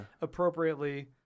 appropriately